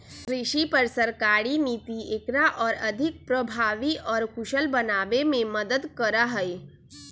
कृषि पर सरकारी नीति एकरा और अधिक प्रभावी और कुशल बनावे में मदद करा हई